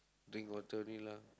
drink water only lah